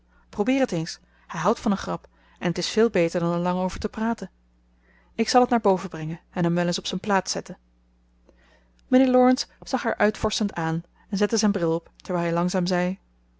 probeer het eens hij houdt van een grap en t is veel beter dan er lang over te praten ik zal het naar boven brengen en hem wel eens op zijn plaats zetten mijnheer laurence zag haar uitvorschend aan en zette zijn bril op terwijl hij langzaam zei